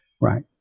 Right